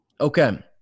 Okay